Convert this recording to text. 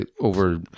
over